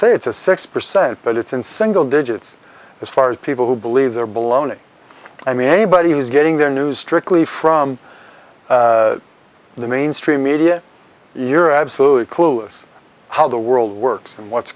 say it's a six percent but it's in single digits as far as people who believe they're baloney i mean anybody who's getting their news strictly from the mainstream media you're absolutely clueless how the world works and what's